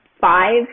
five